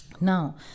now